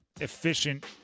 efficient